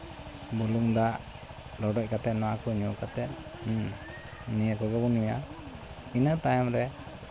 ᱵᱩᱞᱩᱝ ᱫᱟᱜ ᱨᱚᱰᱚᱡ ᱠᱟᱛᱮ ᱱᱚᱣᱟ ᱠᱚ ᱧᱩ ᱠᱟᱛᱮ ᱱᱤᱭᱟᱹ ᱠᱚᱜᱮ ᱵᱚᱱ ᱧᱩᱭᱟ ᱤᱱᱟᱹ ᱛᱟᱭᱚᱢ ᱨᱮ